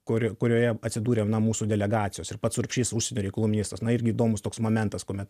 kuri kurioje atsidūrė na mūsų delegacijos ir pats urbšys užsienio reikalų ministras na irgi įdomus toks momentas kuomet